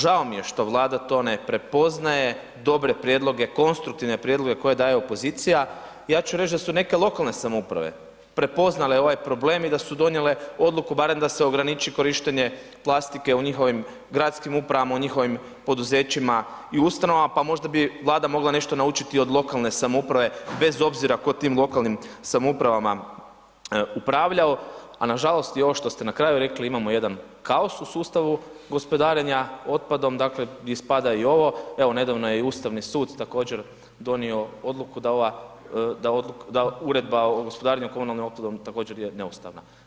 Žao mi je što Vlada to ne prepoznaje dobre prijedloge, konstruktivne prijedloge koje daje opozicija, ja ću reći da su neke lokalne samouprave prepoznale ovaj problem i da su donijele odluku barem da se ograniči korištenje plastike u njihovim gradskim upravama, u njihovim poduzećima i ustanovama pa možda bi Vlada mogla nešto naučiti od lokalne samouprave bez obzira ko tim lokalnim samoupravama upravljao a nažalost i ovo što ste na kraju rekli, imamo jedan kaos u sustavu gospodarenja otpadom dakle gdje spada i ovo, evo nedavno je Ustavni sud također donio odluku da uredba o gospodarenju komunalnim otpadom također je neustavna.